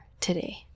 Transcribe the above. today